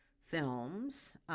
films